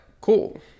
cool